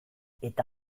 eta